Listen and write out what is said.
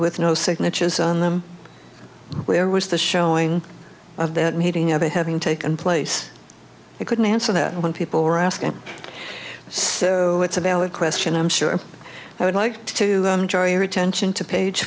with no signatures on them where was the showing of that meeting ever having taken place you couldn't answer that when people were asking so it's a valid question i'm sure and i would like to draw your attention to page